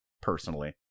personally